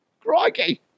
Crikey